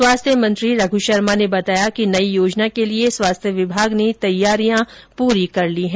स्वास्थ्य मंत्री रघ् शर्मा ने बताया कि नई योजना के लिये स्वास्थ्य विभाग ने तैयारियां पूरी कर ली हैं